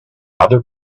other